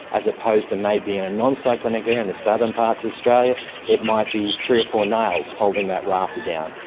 as opposed to maybe in a non-cyclonic area in the southern parts of australia it might be three or four nails holding that rafter down,